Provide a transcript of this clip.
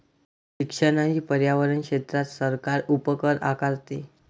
शिक्षण आणि पर्यावरण क्षेत्रात सरकार उपकर आकारते